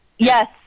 Yes